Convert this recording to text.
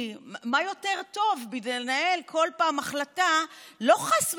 כי מה יותר טוב מלנהל כל פעם החלטה לא, חס וחלילה,